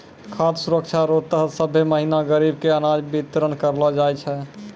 खाद सुरक्षा रो तहत सभ्भे महीना गरीब के अनाज बितरन करलो जाय छै